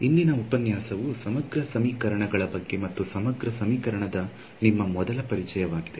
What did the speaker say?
ಇಂದಿನ ಉಪನ್ಯಾಸವು ಸಮಗ್ರ ಸಮೀಕರಣಗಳ ಬಗ್ಗೆ ಮತ್ತು ಸಮಗ್ರ ಸಮೀಕರಣದ ನಿಮ್ಮ ಮೊದಲ ಪರಿಚಯವಾಗಿದೆ